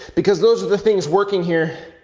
because those are the things working here.